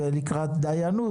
ולקראת דיינות,